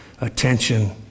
attention